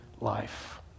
life